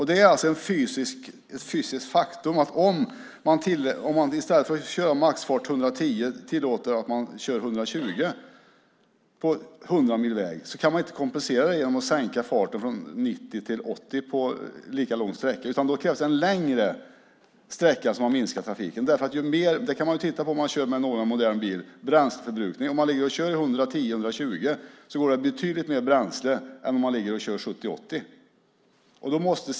Det är ett fysiskt faktum att om man i stället för att köra i 110 kör i 120 på 100 mil väg kan man inte kompensera det genom att sänka farten från 90 till 80 på lika lång sträcka. Det krävs en längre sträcka där man minskar hastigheten. Det kan man se på bränsleförbrukningen om man kör en någorlunda modern bil. Om man kör i 110-120 går det åt betydligt mer bränsle än om man kör i 70-80.